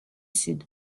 sud